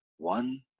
one